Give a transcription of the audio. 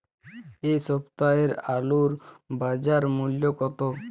এ সপ্তাহের আলুর বাজার মূল্য কত?